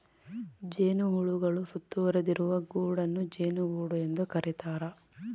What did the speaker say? ಜೇನುಹುಳುಗಳು ಸುತ್ತುವರಿದಿರುವ ಗೂಡನ್ನು ಜೇನುಗೂಡು ಎಂದು ಕರೀತಾರ